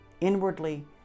inwardly